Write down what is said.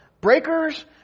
breakers